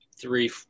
three